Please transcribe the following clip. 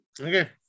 Okay